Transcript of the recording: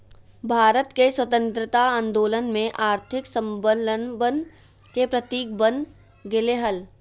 भारत के स्वतंत्रता आंदोलन में आर्थिक स्वाबलंबन के प्रतीक बन गेलय हल